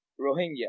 Rohingya